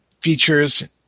features